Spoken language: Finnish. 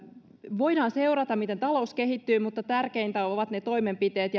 voidaan seurata miten talous kehittyy mutta tärkeintä ovat ne toimenpiteet